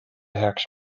heaks